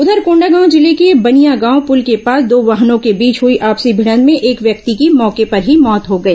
उधर कोंडागांव जिले के बनियागांव पुल के पास दो वाहनों के बीच हुई आपसी भिडंत में एक व्यक्ति की मौके पर ही मौत हो गई